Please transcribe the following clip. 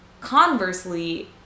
Conversely